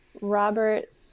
robert